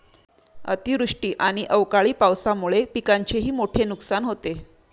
अतिवृष्टी आणि अवकाळी पावसामुळे पिकांचेही मोठे नुकसान होते